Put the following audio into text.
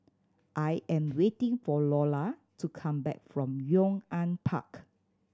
I am waiting for Lola to come back from Yong An Park